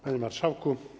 Panie Marszałku!